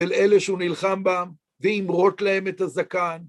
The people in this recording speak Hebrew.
אל אלה שהוא נלחם בהם וימרוט להם את הזקן.